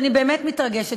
ואני באמת מתרגשת,